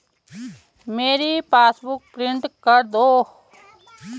मेरी passbook print कर दो